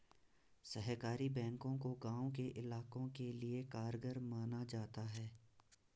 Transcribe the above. सहकारी बैंकों को गांव के इलाकों के लिये कारगर माना जाता है